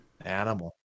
Animal